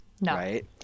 right